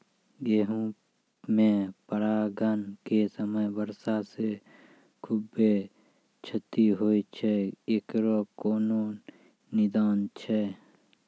गेहूँ मे परागण के समय वर्षा से खुबे क्षति होय छैय इकरो कोनो निदान छै?